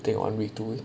take one week to